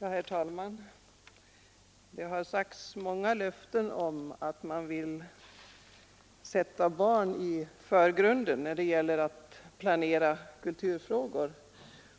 Herr talman! Det har avgivits många löften om att sätta barnen i förgrunden när det gäller att planera kulturfrågorna,